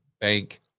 bank